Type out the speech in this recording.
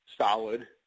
solid